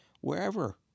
wherever